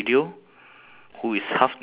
so